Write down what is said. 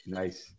nice